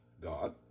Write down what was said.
God